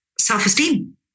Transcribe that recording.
self-esteem